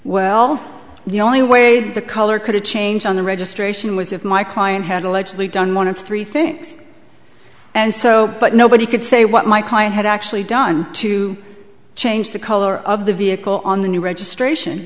well the only way the color could change on the registration was if my client had allegedly done one of three things and so but nobody could say what my client had actually done to change the color of the vehicle on the new registration